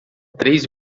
três